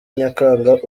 nyakanga